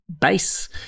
base